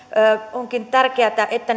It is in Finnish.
onkin tärkeätä että